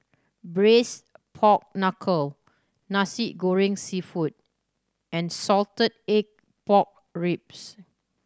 Braised Pork Knuckle Nasi Goreng Seafood and salted egg pork ribs